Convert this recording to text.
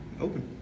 open